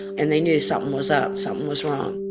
and they knew something was up. something was wrong.